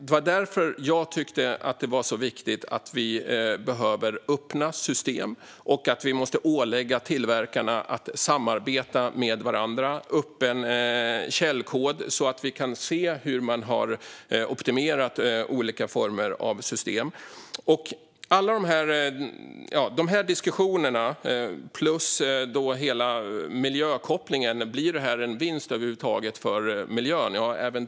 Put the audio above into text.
Det är därför jag tycker att det är så viktigt med öppna system och att vi måste ålägga tillverkarna att samarbeta med varandra med öppen källkod så att vi kan se hur man har optimerat olika former av system. I de här diskussionerna och när det gäller hela miljökopplingen - blir det här över huvud taget en vinst för miljön?